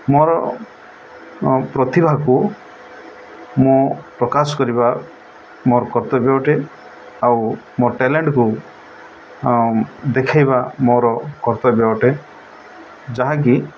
ମୋର ପ୍ରତିଭାକୁ ମୁଁ ପ୍ରକାଶ କରିବା ମୋର କର୍ତ୍ତବ୍ୟ ଅଟେ ଆଉ ମୋ ଟ୍ୟାଲେଣ୍ଟକୁ ଦେଖେଇବା ମୋର କର୍ତ୍ତବ୍ୟ ଅଟେ ଯାହାକି